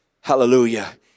Hallelujah